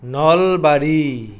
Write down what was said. Nalbari